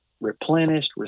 replenished